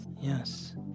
Yes